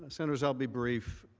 ah senators, i will be brief,